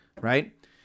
right